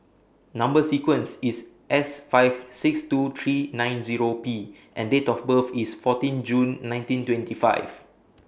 Number sequence IS S five six two three nine Zero P and Date of birth IS fourteen June nineteen twenty five